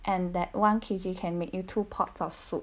and that one K_G can make you two pots of soup